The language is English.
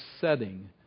setting